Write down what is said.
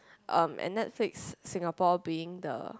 um and Netflix Singapore being the